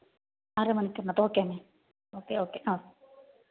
അരമണിക്കൂറിനകത്ത് okay ma'am okay okay